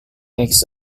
eggs